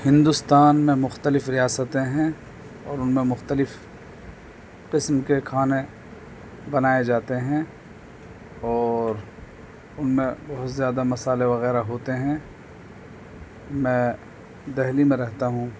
ہندوستان میں مختلف ریاستیں ہیں اور ان میں مختلف قسم کے کھانے بنائے جاتے ہیں اور ان میں بہت زیادہ مصالحے وغیرہ ہوتے ہیں میں دہلی میں رہتا ہوں